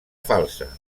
falsa